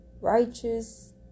righteous